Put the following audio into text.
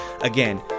Again